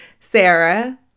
Sarah